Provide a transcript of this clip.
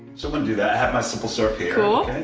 so i'm gonna do that, i have my simple syrup here. cool.